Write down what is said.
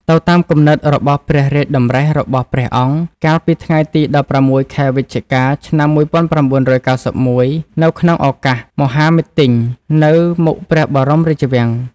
ទៅតាមគំនិតរបស់ព្រះរាជតម្រិះរបស់ ព្រះអង្គ កាលពីថ្ងៃទី១៦ ខែវិច្ឆិកា ឆ្នាំ១៩៩១ នៅក្នុងឱកាសមហាមិទ្ទិញ នៅមុខព្រះបរមរាជវាំង។